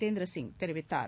இதேந்திர சிங் தெரிவித்தார்